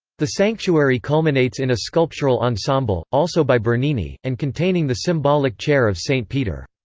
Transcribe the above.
the sanctuary culminates in a sculptural ensemble, also by bernini, and containing the symbolic chair of saint peter.